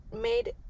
made